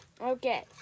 Okay